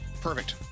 Perfect